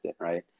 right